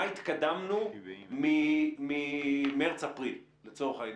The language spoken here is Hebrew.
מה התקדמנו ממרץ-אפריל, לצורך העניין?